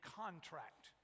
contract